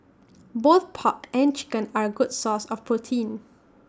both pork and chicken are A good source of protein